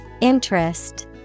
Interest